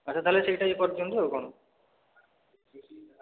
ଆଛା ତାହେଲେ ସେଇଟା ହିଁ କରିଦିଅନ୍ତୁ ଆଉ କ'ଣ